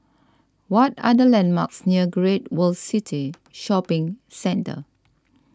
what are the landmarks near Great World City Shopping Centre